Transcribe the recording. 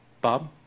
Bob